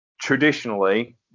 Traditionally